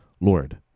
Lord